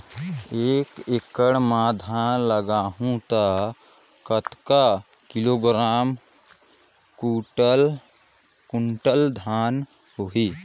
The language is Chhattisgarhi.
एक एकड़ मां धान लगाहु ता कतेक किलोग्राम कुंटल धान होही?